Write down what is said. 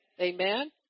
Amen